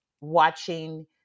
watching